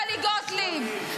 טלי גוטליב,